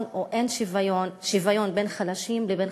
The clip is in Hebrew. או אין שוויון בין חזקים לבין חלשים,